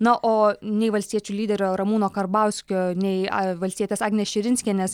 na o nei valstiečių lyderio ramūno karbauskio nei valstietės agnės širinskienės